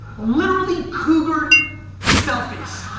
literally cougar selfies.